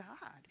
God